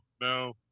no